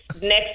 Next